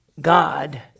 God